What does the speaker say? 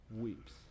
weeps